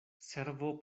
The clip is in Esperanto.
servo